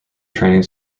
training